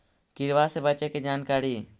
किड़बा से बचे के जानकारी?